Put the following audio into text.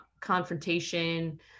confrontation